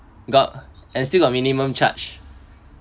got and still got minimum charge